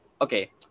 okay